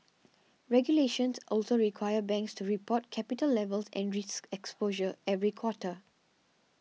regulations also require banks to report capital levels and risk exposure every quarter